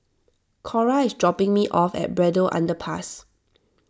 Cora is dropping me off at Braddell Underpass